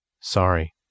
Sorry